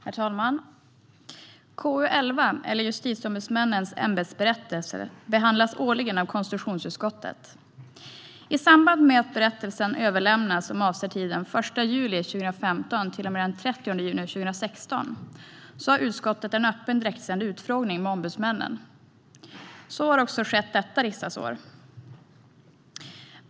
Herr talman! I samband med att berättelsen, som avser tiden 1 juli 2015 till 30 juni 2016, överlämnas har utskottet en öppen direktsänd utfrågning med ombudsmännen. Så har också skett detta riksdagsår.